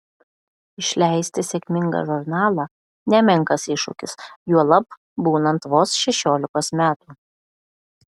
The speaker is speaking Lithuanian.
išleisti sėkmingą žurnalą nemenkas iššūkis juolab būnant vos šešiolikos metų